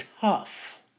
tough